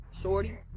shorty